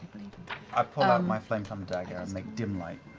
i pull out my flametongue dagger and make dim light.